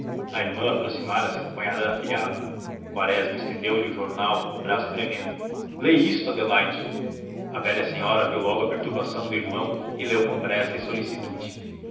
a irmã aproximara-se acompanhada da afilhada quaresma estendeu-lhe o jornal com o braço tremendo lê isto adelaide a velha senhora viu logo a perturbação do irmão e leu com pressa e solicitude